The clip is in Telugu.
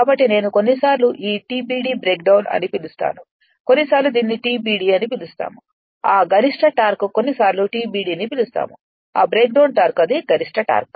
కాబట్టి నేను కొన్నిసార్లు ఈ TBD బ్రేక్ డౌన్ అని పిలుస్తాను కొన్నిసార్లు దీనిని TBD అని పిలుస్తాము ఆ గరిష్ట టార్క్ కొన్నిసార్లు TBDని పిలుస్తాము ఆ బ్రేక్ డౌన్ టార్క్ ఇది గరిష్ట టార్క్